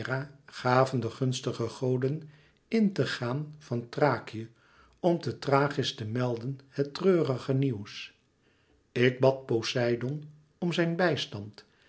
gaven de gunstige goden in te gaan van thrakië om te thrachis te melden het treurige nieuws ik bad poseidoon om zijn bijstand